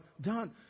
done